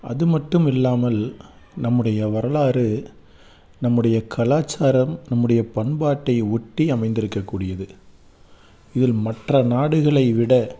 அது மட்டும் இல்லாமல் நம்முடைய வரலாறு நம்முடைய கலாச்சாரம் நம்முடைய பண்பாட்டை ஒட்டி அமைந்திருக்க கூடியது இதில் மற்ற நாடுகளை விட